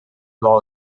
law